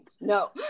No